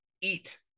eat